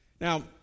Now